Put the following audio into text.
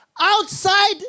outside